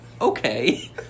okay